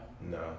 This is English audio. No